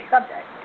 Subject